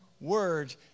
word